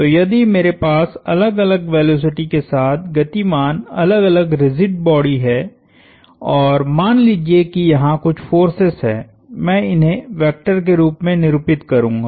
तो यदि मेरे पास अलग अलग वेलोसिटी के साथ गतिमान अलग अलग रिजिड बॉडी हैं और मान लीजिये कि यहाँ कुछ फोर्सेस है मैं इन्हें वेक्टर के रूप में निरूपित करूंगा